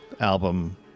album